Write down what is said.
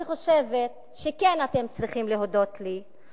אני חושבת שכן אתם צריכים להודות לי,